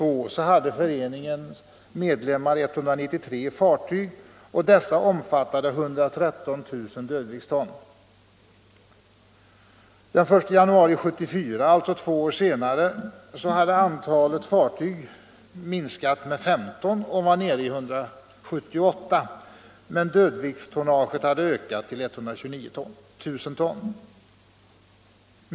år senare, hade antalet fartyg minskat med 15 och var nere i 178, men dödviktstonnaget hade ökat till 129 000 ton.